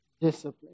discipline